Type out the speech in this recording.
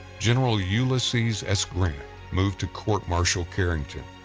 general ulysses s. grant moved to court-martial carrington,